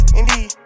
indeed